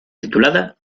titulada